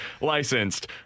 licensed